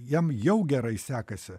jam jau gerai sekasi